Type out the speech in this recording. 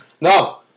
No